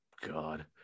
God